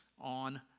on